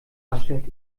anstellt